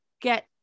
get